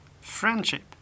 friendship